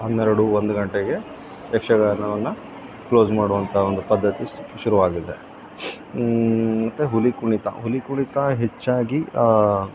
ಹನ್ನೆರಡು ಒಂದು ಗಂಟೆಗೆ ಯಕ್ಷಗಾನವನ್ನು ಕ್ಲೋಸ್ ಮಾಡುವಂಥ ಒಂದು ಪದ್ಧತಿ ಶುರು ಆಗಿದೆ ಮತ್ತೆ ಹುಲಿ ಕುಣಿತ ಹುಲಿ ಕುಣಿತ ಹೆಚ್ಚಾಗಿ